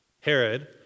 Herod